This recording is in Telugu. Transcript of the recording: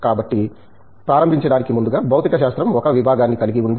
కాబట్టి ప్రారంభించడానికి ముందుగా భౌతిక శాస్త్రం ఒక విభాగాన్ని కలిగి ఉంది